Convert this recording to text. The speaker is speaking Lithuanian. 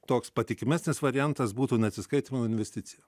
toks patikimesnis variantas būtų ne atsiskaitymui o investicija